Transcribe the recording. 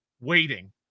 waiting